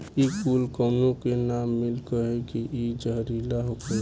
इ कूल काउनो के ना मिले कहे की इ जहरीला होखेला